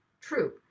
true